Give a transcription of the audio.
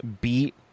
beat